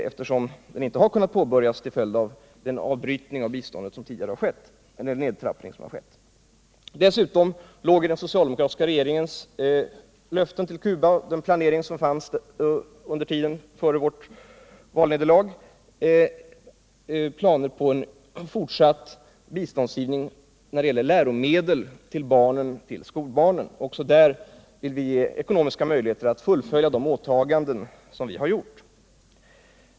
På grund av nedtrappningen av biståndet har den ju inte kunnat sättas i gång. Dessutom hade den socialdemokratiska regeringen planer på en fortsatt biståndsgivning när det gäller läromedel till skolbarnen. Också där vill vi ge ekonomiska möjligheter att fullfölja de åtaganden som vi har gjort.